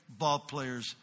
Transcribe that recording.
ballplayers